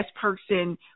person